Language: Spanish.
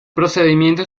procedimiento